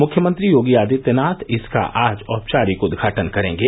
मुख्यमंत्री योगी आदित्यनाथ इसका आज औपचारिक उदघाटन करेंगे